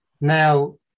Now